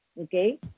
okay